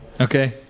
okay